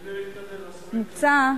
מוצע,